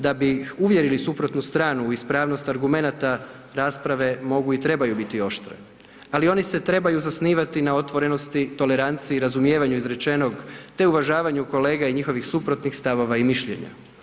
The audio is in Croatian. Da bi uvjerili suprotnu stranu u ispravnost argumenata, rasprave mogu i trebaju biti oštre ali se one trebaju zasnivati na otvorenosti, toleranciji i razumijevanju izrečenog te uvažavanju kolega i njihovih suprotnih stavova i mišljenja.